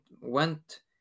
went